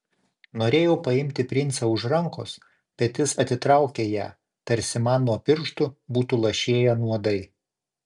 norėjau paimti princą už rankos bet jis atitraukė ją tarsi man nuo pirštų būtų lašėję nuodai